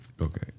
Okay